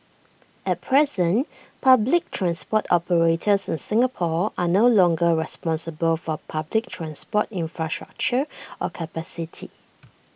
at present public transport operators in Singapore are no longer responsible for public transport infrastructure or capacity